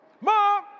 Mom